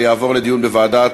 ותעבור לדיון בוועדת